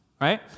right